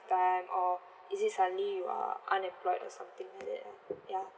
time or is it suddenly you are unemployed or something like that lah ya